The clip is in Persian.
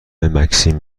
مکسیم